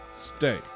Stay